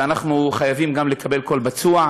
ואנחנו חייבים גם לקבל כל פצוע,